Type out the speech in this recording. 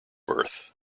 birth